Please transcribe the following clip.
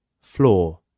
FLOOR